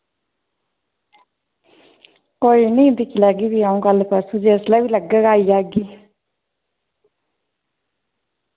कोई नी दिक्खी लैगी फ्ही आऊं कल परसुू जिसलै बी लग्गग आई जागी